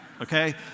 Okay